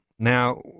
Now